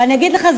ואני אגיד לך,